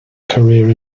career